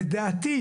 לדעתי,